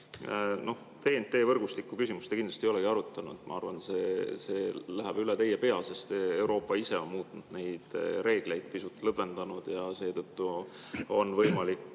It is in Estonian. TNT-võrgustiku küsimust te kindlasti ei olegi arutanud. Ma arvan, et see läheb üle teie pea, sest Euroopa ise on muutnud neid reegleid, pisut lõdvendanud, ja seetõttu on võimalik